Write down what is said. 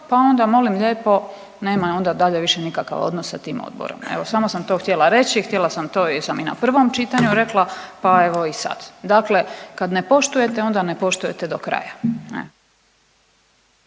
pa onda molim lijepo nema onda dalje više nikakav odnos sa tim odborom. Evo samo sam to htjela reći, htjela sam to jesam i na prvom čitanju rekla pa evo i sad. Dakle, kad ne poštujete onda ne poštujete do kraja.